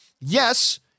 yes